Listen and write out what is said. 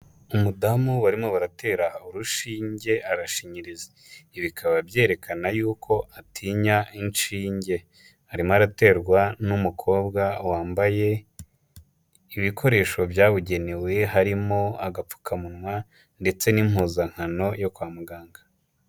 Umudamu barimo baratera urushinge, arashinyiriza, ibi bikaba byerekana y'uko atinya inshinge, arimo araterwa n'umukobwa wambaye ibikoresho byabugenewe, harimo agapfukamunwa ndetse n'impuzankano yo kwa muganga.